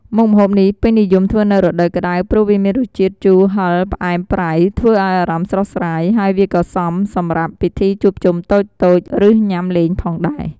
មុខម្ហូបនេះពេញនិយមធ្វើនៅរដូវក្តៅ ព្រោះវាមានរសជាតិជូរហឹរផ្អែមប្រៃ ធ្វើឱ្យអារម្មណ៍ស្រស់ស្រាយ ហើយវាក៏សមសម្រាប់ពិធីជួបជុំតូចៗ ឬញ៉ាំលេងផងដែរ។